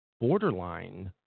borderline